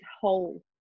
whole